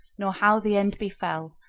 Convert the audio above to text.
nor how the end befell,